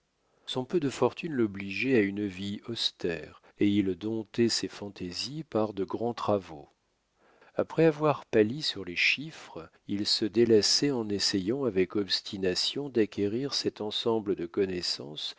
son peu de fortune l'obligeait à une vie austère et il domptait ses fantaisies par de grands travaux après avoir pâli sur les chiffres il se délassait en essayant avec obstination d'acquérir cet ensemble de connaissances